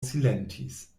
silentis